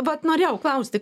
vat norėjau klausti